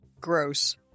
Gross